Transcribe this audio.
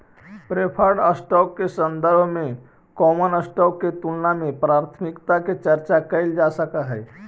preferred stock के संदर्भ में कॉमन स्टॉक के तुलना में प्राथमिकता के चर्चा कैइल जा सकऽ हई